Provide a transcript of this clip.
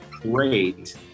great